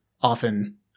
often